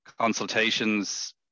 consultations